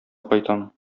кайтам